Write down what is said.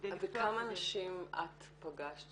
כדי לפתוח --- וכמה נשים את פגשת